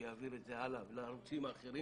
שיעביר את זה הלאה לערוצים האחרים.